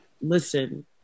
listen